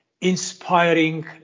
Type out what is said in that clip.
inspiring